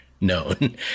known